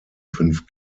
fünf